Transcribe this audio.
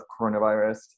coronavirus